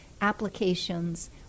applications